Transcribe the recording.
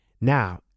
Now